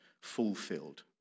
fulfilled